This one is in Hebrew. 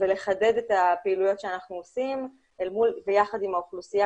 ולחדד את הפעילויות שאנחנו עושים ביחד עם האוכלוסייה